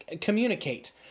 communicate